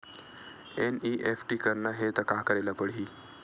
NEFT करना हे त का करे ल पड़हि?